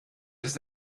ist